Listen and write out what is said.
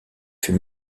fut